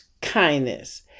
kindness